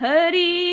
Hari